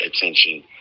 attention